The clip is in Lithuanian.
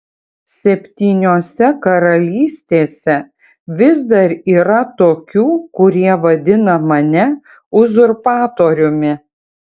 septyniose karalystėse vis dar yra tokių kurie vadina mane uzurpatoriumi